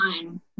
time